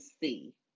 see